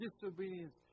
disobedience